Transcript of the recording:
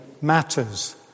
matters